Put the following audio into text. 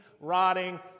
rotting